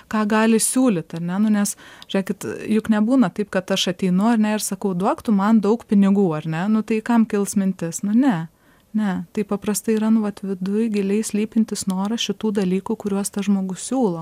ką gali siūlyt ane nu nes žėkit juk nebūna taip kad aš ateinu ane ir sakau duok tu man daug pinigų ar ne nu tai kam kils mintis nu ne ne taip paprastai yra nu vat viduj giliai slypintis noras šitų dalykų kuriuos tas žmogus siūlo